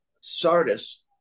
Sardis